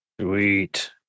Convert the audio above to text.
Sweet